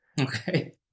Okay